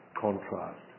contrast